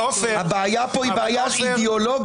הבעיה פה היא בעיה אידיאולוגית,